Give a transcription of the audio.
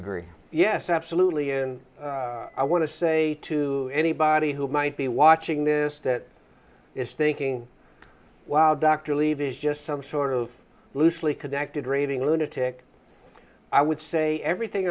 agree yes absolutely and i want to say to anybody who might be watching this that is thinking wow dr levy is just some sort of loosely connected raving lunatic i would say everything